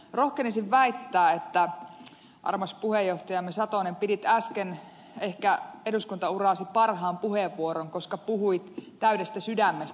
rohkenisin väittää armas puheenjohtajamme satonen että piditte äsken ehkä eduskuntauranne parhaan puheenvuoron koska puhuitte täydestä sydämestä